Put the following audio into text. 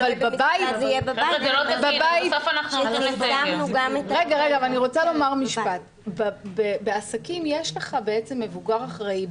אבל אני רוצה לומר משפט: בעסקים יש לך בעצם מבוגר אחראי,